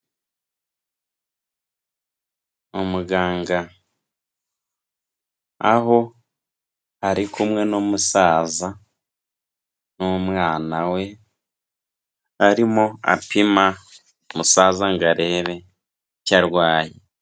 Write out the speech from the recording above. Umuganga aho ari kumwe n'umusaza n'umwana we, arimo apima umusaza ngo arebe icyo arwaye.